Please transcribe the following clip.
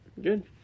good